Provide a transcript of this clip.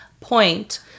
point